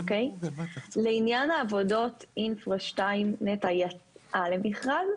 לעניין העבודות אינפרה 2 נת"ע יצאה למכרז,